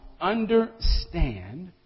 understand